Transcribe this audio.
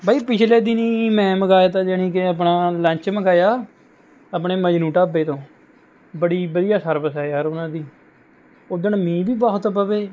ਬਾਈ ਪਿਛਲੇ ਦਿਨੀਂ ਮੈਂ ਮੰਗਵਾਇਆ ਤਾ ਜਾਣੀ ਕਿ ਆਪਣਾ ਲੰਚ ਮੰਗਵਾਇਆ ਆਪਣੇ ਮਜਨੂੰ ਢਾਬੇ ਤੋਂ ਬੜੀ ਵਧੀਆ ਸਰਵਿਸ ਹੈ ਯਾਰ ਉਨ੍ਹਾਂ ਦੀ ਉੱਦਣ ਮੀਂਹ ਵੀ ਬਹੁਤ ਪਵੇ